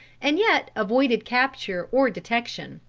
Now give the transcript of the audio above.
and yet avoided capture or detection.